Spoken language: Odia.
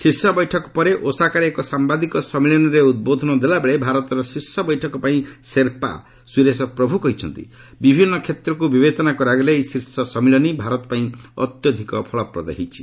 ଶୀର୍ଷ ବୈଠକ ପରେ ଓସାକାରେ ଏକ ସାମ୍ଭାଦିକ ସମ୍ମିଳନୀରେ ଉଦ୍ବୋଧନ ଦେଲାବେଳେ ଭାରତର ଶୀଷର୍ଶ ବୈଠକପାଇଁ ଶେର୍ପା ସୁରେଶ ପ୍ରଭୁ କହିଛନ୍ତି ବିଭିନ୍ନ କ୍ଷେତ୍ରକୁ ବିବେଚନା କରାଗଲେ ଏହି ଶୀର୍ଷ ସମ୍ମିଳନୀ ଭାରତପାଇଁ ଅତ୍ୟଧିକ ଫଳପ୍ରଦ ହୋଇପାରିଛି